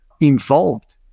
involved